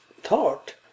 thought